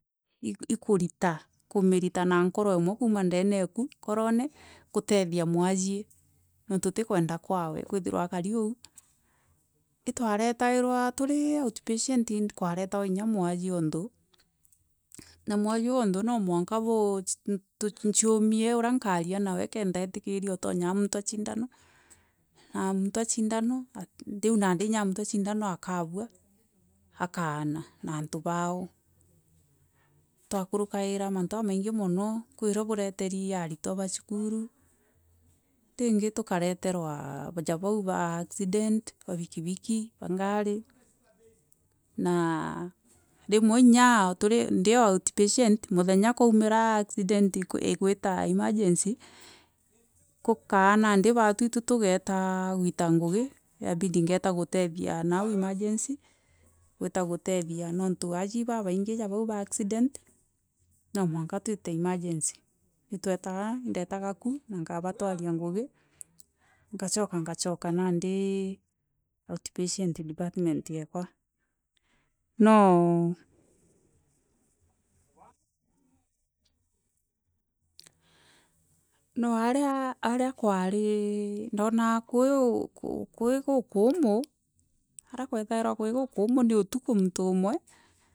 Ikuritu kumirita na nkoro imwe kuma ndeene eku nkorone kuteethia mwajie niuntu ti kuenda kwithirwa akari au itwaretwarwa turi outpatient kinya mwajie o nthuu na mwajie uo o nthu no mwanka nciumie uria nkaria nawe kenda utikiria otonya amuntwa cindano akabua akaana na antu bao itwakarukaira mantu jamaingi mono kwirio twaretaerwa aritwu ba cukuru ringi tukareteiwa ja baa ba accident cia bikibiki ba ngaari ringi inya ndii outpatient muthenya kinya kwaumira accident igwita emergency kukaa nandi itwi tugeeta kuita ngugi ikabindi ngeeta gugethia nau emergency no mwanka twite emergency twetaga ndataga ku na nkabatonyia ngugi ngacooka nkacooka nandi outpatient department ekwa no aria kwari ndonago kwi kukaamu aria ndaonaga kwi kukuumu ni utuko mtuntu umwe.